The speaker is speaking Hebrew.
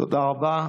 תודה רבה.